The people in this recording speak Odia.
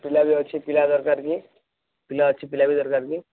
ପିଲା ବି ଅଛି ପିଲା ଦରକାର କି ପିଲା ଅଛି ପିଲା ବି ଦରକାର କି